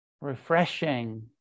refreshing